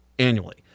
Annually